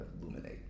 illuminate